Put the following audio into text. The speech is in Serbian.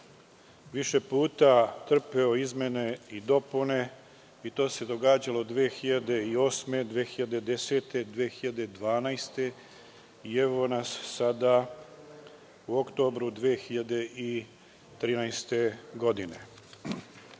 više puta trpeo izmene i dopune i to se događalo 2008, 2010, 2012. i evo nas sada u oktobru 2013. godine.